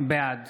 בעד